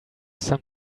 some